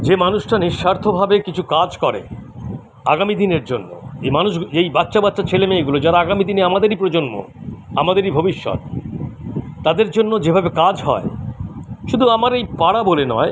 যে মানুষটা নিঃস্বার্থভাবে কিছু কাজ করে আগামী দিনের জন্য এ মানুষ গ্ এই বাচ্চাবাচ্চা ছেলেমেয়েগুলো যারা আগামীদিনে আমাদেরই প্রজন্ম আমাদেরই ভবিষ্যৎ তাদের জন্য যেভাবে কাজ হয় শুধু আমার ওই পাড়া বলে নয়